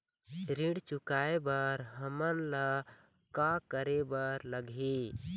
ऋण चुकाए बर हमन ला का करे बर लगही?